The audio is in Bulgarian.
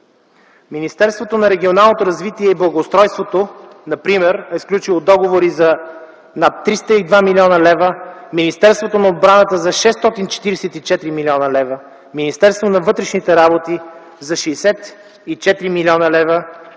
Министерството на регионалното развитие и благоустройството например е сключило договори за над 302 млн.лв., Министерството на отбраната – за 644 млн. лв., Министерството на вътрешните работи – за 64 млн. лв.